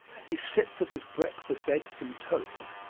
he sits at his breakfast eggs and toast,